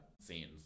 scenes